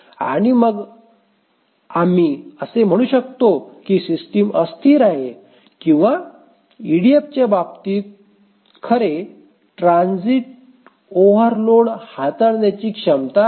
मग आम्ही असे म्हणू शकतो की सिस्टम अस्थिर आहे किंवा ईडीएफच्या बाबतीत खरे ट्रान्झींट ओव्हरलोड हाताळण्याची क्षमता आहे